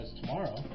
tomorrow